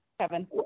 Kevin